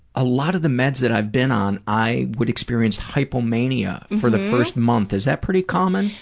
a lot of the meds that i've been on, i would experience hypomania for the first month. is that pretty common?